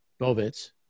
Bovitz